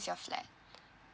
is your flat